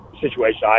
situation